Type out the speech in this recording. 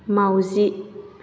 माउजि